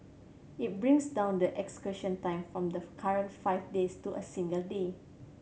it brings down the execution time from the current five days to a single day